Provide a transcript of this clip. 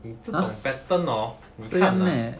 这种 pattern hor 我看了